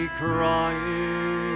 crying